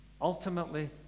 ultimately